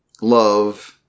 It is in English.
love